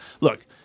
Look